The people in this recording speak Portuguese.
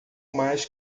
mais